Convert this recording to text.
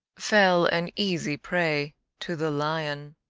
fell an easy prey to the lion.